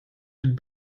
den